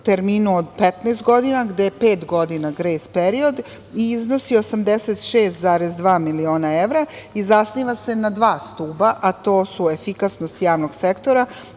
terminu od 15 godina gde je pet godina grejs period i iznosi 86,2 miliona evra i zasniva se na dva stuba, a to su efikasnost javnog sektora